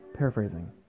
paraphrasing